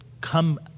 come